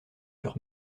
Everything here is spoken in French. sur